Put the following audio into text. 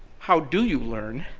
how do you learn?